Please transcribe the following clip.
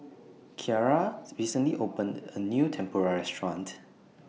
Kyara recently opened A New Tempura Restaurant